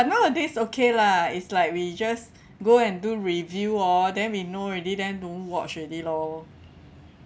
nowadays okay lah is like we just go and do review hor then we know already then don't watch already lor